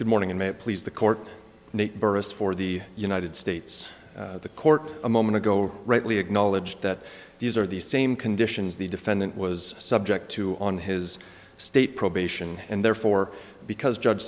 good morning and may it please the court nate berkus for the united states the court a moment ago rightly acknowledged that these are the same conditions the defendant was subject to on his state probation and therefore because judge